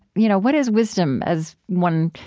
you know, what is wisdom, as one